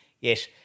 yes